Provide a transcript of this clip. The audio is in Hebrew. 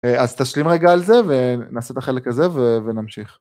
אז תשלים רגע על זה ונעשה את החלק הזה ונמשיך.